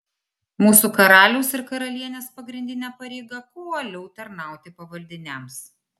mūsų karaliaus ar karalienės pagrindinė pareiga kuo uoliau tarnauti pavaldiniams